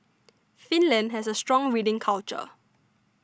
finland has a strong reading culture